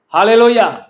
Hallelujah